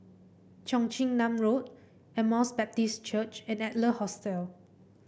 Cheong Chin Nam Road Emmaus Baptist Church and Adler Hostel